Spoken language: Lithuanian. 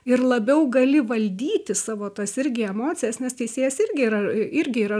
ir labiau gali valdyti savo tas irgi emocijas nes teisėjas irgi yra irgi yra